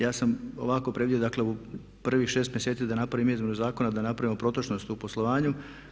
Ja sam ovako predvidio, dakle u prvih 6 mjeseci da napravim izmjenu zakona i da napravimo protočnost u poslovanju.